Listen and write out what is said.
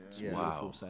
wow